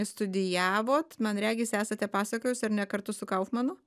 studijavot man regis esate pasakojus ar ne kartu su kaufmanu